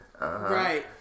Right